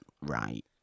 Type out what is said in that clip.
right